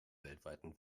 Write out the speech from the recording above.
weltweiten